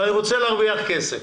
אבל אני רוצה להרוויח כסף'